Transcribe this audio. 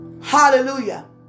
Hallelujah